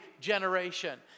generation